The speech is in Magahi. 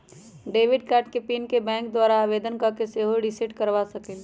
डेबिट कार्ड के पिन के बैंक द्वारा आवेदन कऽ के सेहो रिसेट करबा सकइले